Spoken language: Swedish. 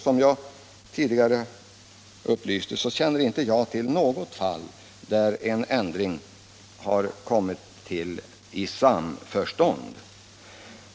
Som jag tidigare upplyste känner jag inte till något fall där en ändring har kommit till i samförstånd.